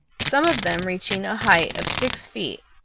some of them reaching a height of six feet.